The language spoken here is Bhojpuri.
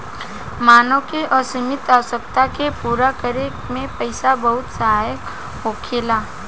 मानव के असीमित आवश्यकता के पूरा करे में पईसा बहुत सहायक होखेला